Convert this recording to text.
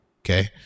Okay